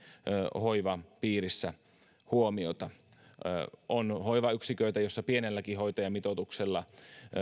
hoivan piirissä on hoivayksiköitä jossa pienelläkin hoitajamitoituksella